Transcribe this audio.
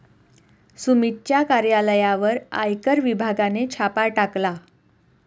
सुमितच्या कार्यालयावर आयकर विभागाने छापा टाकला